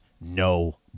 no